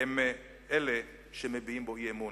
הם אלה שמביעים בו אי-אמון.